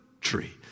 tree